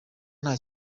nta